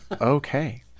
Okay